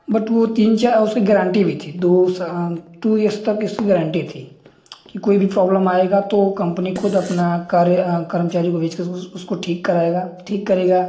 but वो तीन चा उसकी गारंटी भी थी दो सा टू इयर्स तक इसकी गारंटी थी की कोई भी प्रोबलम आएगा तो कंपनी खुद बट वह तीन चार उसकी गारण्टी भी थी दो साल टू इयर्स तक इसकी गारण्टी थी कि कोई भी प्रॉब्लम आएगी तो कम्पनी खुद अपना कार्य कर्मचारी को भेजकर उस उसको ठीक कराएगी ठीक करेगी अपना कार्य अ कर्मचारी को भेज के उसको ठीक कराएगा ठीक करेगा